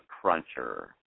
cruncher